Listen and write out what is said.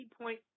point